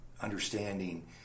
understanding